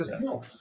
No